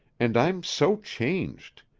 and i'm so changed.